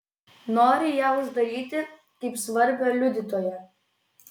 nori ją uždaryti kaip svarbią liudytoją